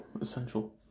essential